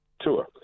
tour